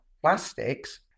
plastics